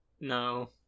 No